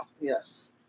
Yes